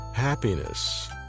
Happiness